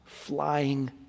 flying